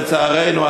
לצערנו,